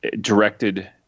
directed